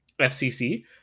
FCC